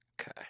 Okay